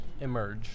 emerge